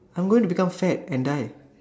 I'm going to become fat and die